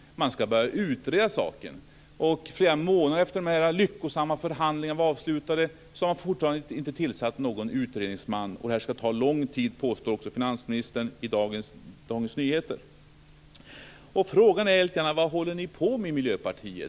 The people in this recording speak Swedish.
- man skulle börja utreda saken. Men fortfarande, flera månader efter det att de här lyckosamma förhandlingarna avslutats, är ingen utredningsman tillsatt. Det här ska ta lång tid, påstår finansministern i Dagens Nyheter i dag. Frågan är vad ni i Miljöpartiet håller på med.